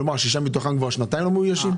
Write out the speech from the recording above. כלומר, 6 מתוכם כבר שנתיים לא מאוישים?